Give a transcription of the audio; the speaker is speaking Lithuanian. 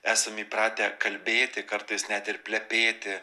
esam įpratę kalbėti kartais net ir plepėti